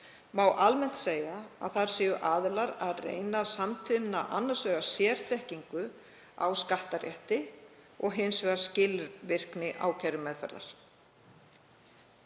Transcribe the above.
Má almennt segja að þar séu aðilar að reyna að samtvinna annars vegar sérþekkingu á skattarétti og hins vegar skilvirkni ákærumeðferðar.